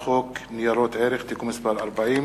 בית-המשפט החליט שלוש פעמים.